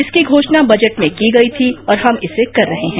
इसकी घोषणा बजट में की गई थी और हम इसे कर रहे हैं